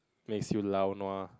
makes you laonua